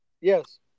Yes